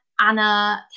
Anna